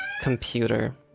computer